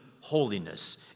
holiness